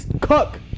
Cook